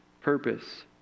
purpose